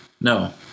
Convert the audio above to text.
no